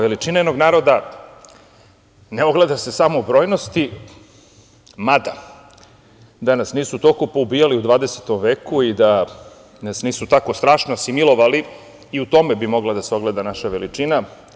Veličina jednog naroda ne ogleda se samo u brojnosti, mada, da nas nisu toliko poubijali u 20. veku i da nas nisu tako strašno asimilovali, i u tome bi mogla da se ogleda naša veličina.